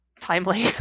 timely